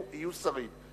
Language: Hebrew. מבינינו יהיו שרים.